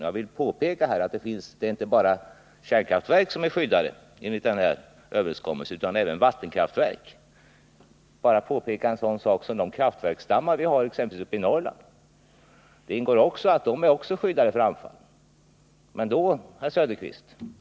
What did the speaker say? Jag vill påpeka att det inte bara är kärnkraftverk som är skyddade enligt den här överenskommelsen, utan den gäller även vattenkraftverk. Även de kraftverksdammar som vi har exempelvis i Norrland är skyddade genom konventionen.